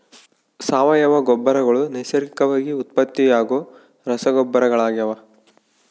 ಸಾವಯವ ಗೊಬ್ಬರಗಳು ನೈಸರ್ಗಿಕವಾಗಿ ಉತ್ಪತ್ತಿಯಾಗೋ ರಸಗೊಬ್ಬರಗಳಾಗ್ಯವ